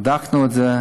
בדקנו את זה,